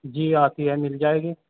جی آتی ہے مل جائے گی